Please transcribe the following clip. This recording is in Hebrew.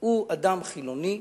הוא אדם חילוני,